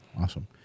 awesome